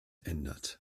ändert